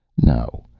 no,